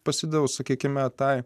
pasidaviau sakykime tai